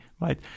right